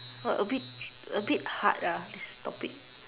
!wah! a bit a bit hard ah this topic